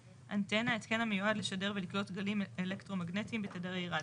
"אנטנה" התקן המיועד לשדר ולקלוט גלים אלקטרומגנטיים בתדרי רדיו".